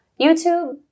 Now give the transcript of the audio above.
youtube